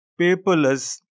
paperless